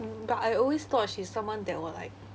but I always thought she's someone that will like